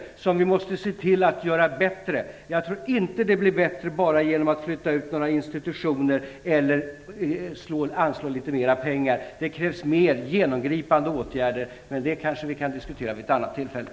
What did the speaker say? Vi måste se till att de blir bättre. Men jag tror inte att de blir bättre bara genom att några institutioner flyttas ut eller genom att litet mera pengar anslås. Det krävs mer genomgripande åtgärder, men det kan vi kanske diskutera vid ett annat tillfälle.